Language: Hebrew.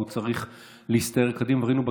והוא צריך להסתער קדימה.